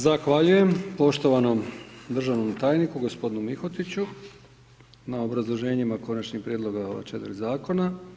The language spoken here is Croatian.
Zahvaljujem poštovanom državnom tajniku, g. Mihotiću na obrazloženjima konačnih prijedloga ovih 4 zakona.